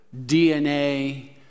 DNA